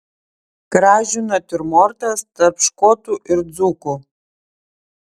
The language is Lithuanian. kražių natiurmortas tarp škotų ir dzūkų